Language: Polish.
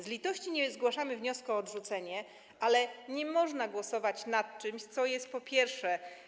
Z litości nie zgłaszamy wniosku o odrzucenie, ale nie można głosować nad czymś, co jest, po pierwsze.